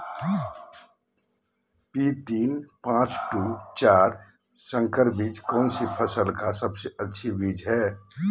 P तीन पांच दू चार संकर बीज कौन सी फसल का सबसे अच्छी बीज है?